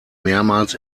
mehrmals